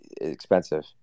expensive